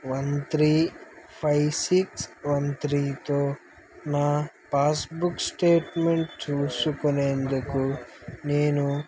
one three five six one త్రీతో నా passbook statement చూసుకునేందుకు నేను